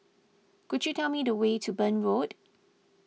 could you tell me the way to Burn Road